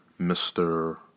Mr